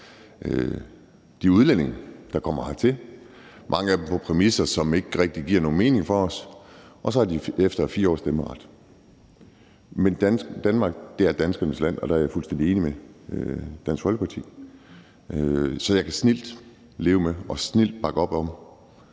de udlændinge, der kommer hertil – mange af dem på præmisser, som ikke rigtig giver nogen mening for os – og som så efter 4 år har stemmeret. Men Danmark er danskernes land, og der er jeg fuldstændig enig med Dansk Folkeparti, så jeg kan snildt leve med og snildt bakke op om,